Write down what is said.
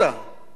איפה זה קיים?